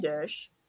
dish